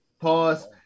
Pause